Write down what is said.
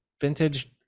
vintage